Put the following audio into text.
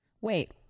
Wait